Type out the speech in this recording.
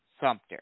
Sumter